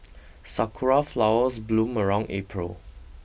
sakura flowers bloom around April